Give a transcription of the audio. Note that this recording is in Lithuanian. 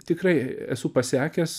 tikrai esu pasekęs